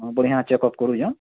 ବଢ଼ିଆଁ ଚେକପ୍ କରୁଛନ୍